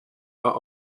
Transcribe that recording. are